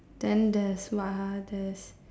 then there's what ah there's